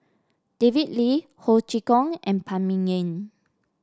David Lee Ho Chee Kong and Phan Ming Yen